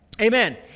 Amen